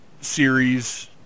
series